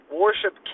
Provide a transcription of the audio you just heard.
worship